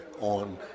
on